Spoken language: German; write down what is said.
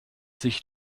sich